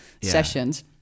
sessions